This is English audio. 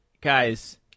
guys